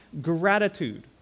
gratitude